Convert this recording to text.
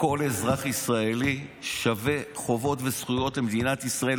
כל אזרח ישראלי שווה בחובות ובזכויות במדינת ישראל,